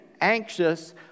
anxious